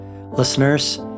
Listeners